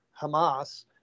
Hamas